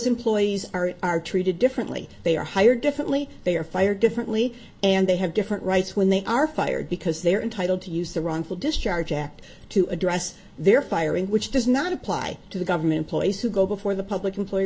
employees are are treated differently they are hired differently they are fired differently and they have different rights when they are fired because they are entitled to use the wrongful discharge act to address their firing which does not apply to the government poised to go before the public employee